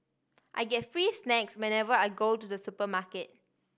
I get free snacks whenever I go to the supermarket